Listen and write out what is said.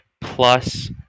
plus